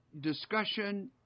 discussion